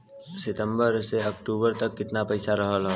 सितंबर से अक्टूबर तक कितना पैसा रहल ह?